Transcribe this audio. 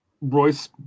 Royce